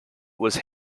was